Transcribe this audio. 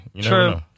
True